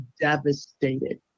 devastated